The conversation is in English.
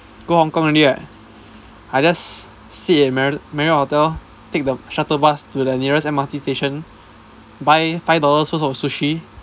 go Hong-Kong already right I just sit at marrio~ marriot hotel take the shuttle bus to the nearest M_R_T station buy five dollars worth of sushi